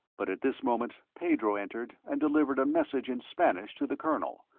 but at this moment pedro entered and delivered a message in spanish to the colonel,